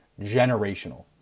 generational